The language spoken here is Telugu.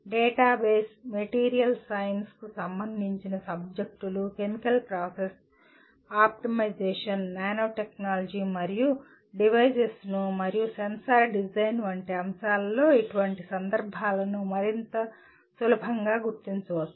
డేటాబేస్ మెటీరియల్ సైన్స్ సంబంధిత సబ్జెక్టులు chemical process optimization nano technology మరియు డివైజెస్ మరియు సెన్సార్ డిజైన్ వంటి అంశాలలో ఇటువంటి సందర్భాలను మరింత సులభంగా గుర్తించవచ్చు